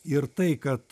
ir tai kad